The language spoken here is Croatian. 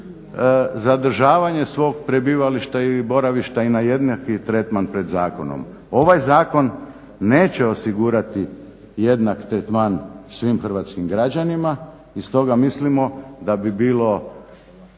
zadržavanje svog prebivališta i boravišta i na jednaki tretman pred zakonom. Ovaj zakon neće osigurati jednak tretman svim hrvatskim građanima i stoga mislimo da bi bilo